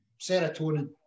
serotonin